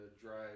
drive